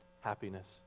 happiness